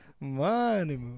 Money